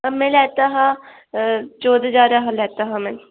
हां में लैता हा चौह्दें ज्हारें दा लैता हा में